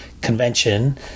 convention